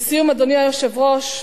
לסיום, אדוני היושב-ראש,